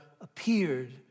appeared